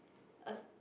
a